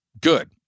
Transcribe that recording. good